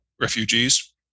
refugees